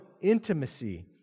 intimacy